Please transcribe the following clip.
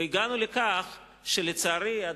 והגענו לכך שלצערי,